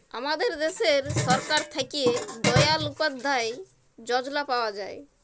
আমাদের দ্যাশে সরকার থ্যাকে দয়াল উপাদ্ধায় যজলা পাওয়া যায়